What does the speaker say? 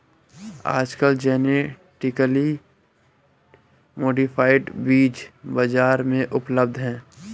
आजकल genetically modified बीज बाजार में उपलब्ध है